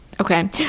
Okay